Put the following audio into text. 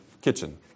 kitchen